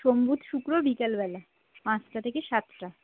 সোম বুধ শুক্র বিকেলবেলা পাঁচটা থেকে সাতটা